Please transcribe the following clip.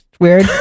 weird